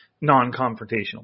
non-confrontational